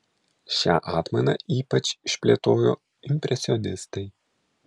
šią atmainą ypač išplėtojo impresionistai